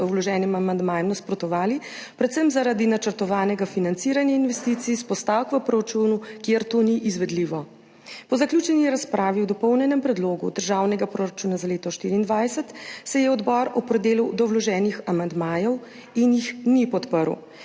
vloženim amandmajem nasprotovali, predvsem zaradi načrtovanega financiranja investicij iz postavk v proračunu, kjer to ni izvedljivo. Po zaključeni razpravi o dopolnjenem predlogu državnega proračuna za leto 2024 se je odbor opredelil do vloženih amandmajev in jih ni podprl.